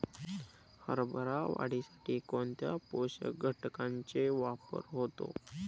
हरभरा वाढीसाठी कोणत्या पोषक घटकांचे वापर होतो?